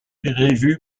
prévue